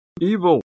evil